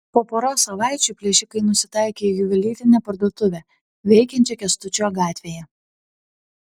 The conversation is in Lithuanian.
po poros savaičių plėšikai nusitaikė į juvelyrinę parduotuvę veikiančią kęstučio gatvėje